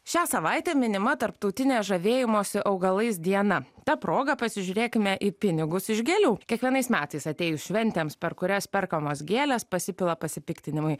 šią savaitę minima tarptautinė žavėjimosi augalais diena ta proga pasižiūrėkime į pinigus iš gėlių kiekvienais metais atėjus šventėms per kurias perkamos gėlės pasipila pasipiktinimai